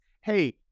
hey